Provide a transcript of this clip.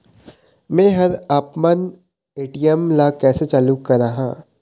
मैं हर आपमन ए.टी.एम ला कैसे चालू कराहां?